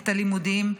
את הלימודים,